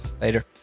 Later